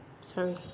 Sorry